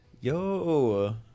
Yo